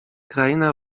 kraina